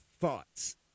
thoughts